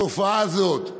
התופעה הזאת,